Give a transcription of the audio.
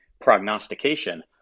prognostication